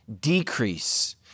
decrease